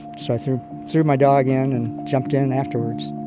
so i threw threw my dog in and jumped in afterwards